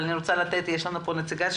אבל אני רוצה שנציגת מד"א,